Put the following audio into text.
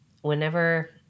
whenever